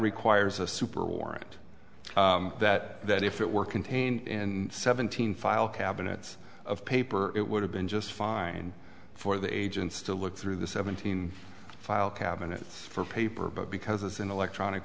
requires a super warrant that that if it were contained in seventeen file cabinets of paper it would have been just fine for the agents to look through the seventeen file cabinets for paper but because it's an electronic